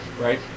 right